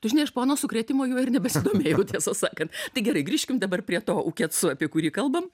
tu žinai aš po ano sukrėtimo juo ir nebesidomėjau tiesą sakant tai gerai grįžkim dabar prie to ukecu apie kurį kalbam